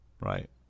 right